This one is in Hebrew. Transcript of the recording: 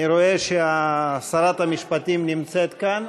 אני רואה ששרת המשפטים נמצאת כאן.